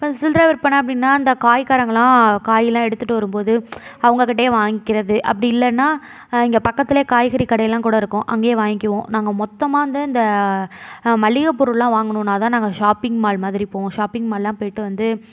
இப்போ சில்லற விற்பனை அப்படின்னா இந்த காய்க்காரங்கள்லாம் காயெலாம் எடுத்துட்டு வரும்போது அவங்ககிட்டயே வாங்குறது அப்படி இல்லைனா இங்கே பக்கத்தில் காய்கறி கடைலாம் கூட இருக்கும் அங்கேயே வாங்குவோம் நாங்கள் மொத்தமாக வந்து இந்த மளிகை பொருள்லாம் வாங்குனுனால்தான் நாங்கள் ஷாப்பிங் மால் மாதிரி போவோம் ஷாப்பிங் மால்லாம் போய்விட்டு வந்து